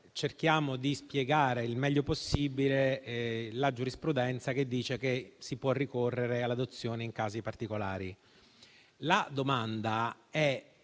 cerchiamo di spiegare il meglio possibile la giurisprudenza, che dice che si può ricorrere all'adozione in casi particolari. La domanda è